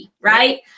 Right